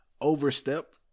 overstep